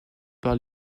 par